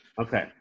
okay